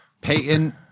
Peyton